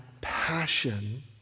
passion